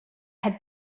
had